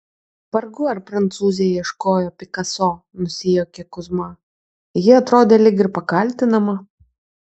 vargu ar prancūzė ieškojo pikaso nusijuokė kuzma ji atrodė lyg ir pakaltinama